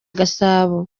gasabo